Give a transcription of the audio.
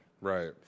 Right